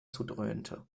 zudröhnte